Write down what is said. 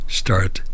start